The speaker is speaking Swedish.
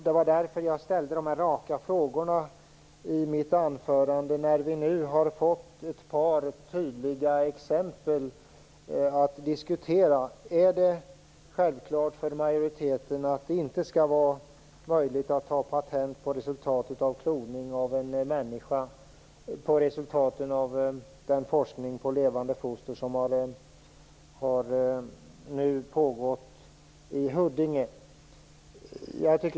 Det var därför jag ställde några raka frågor i mitt anförande. När vi nu har fått ett par tydliga exempel att diskutera, är det då självklart för majoriteten att det inte skall vara möjligt att ta patent på resultatet av kloning av en människa eller på resultaten av den forskning på levande foster som har gjorts i Huddinge?